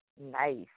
Nice